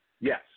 Yes